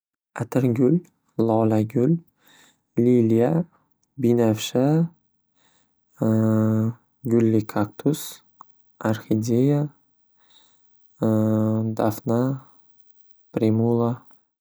Atirgul, lolagul, liliya, binafsha, gulli kaktus, arxideya, dafna, primula.